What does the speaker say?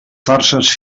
farses